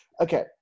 Okay